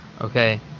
Okay